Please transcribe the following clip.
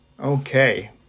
Okay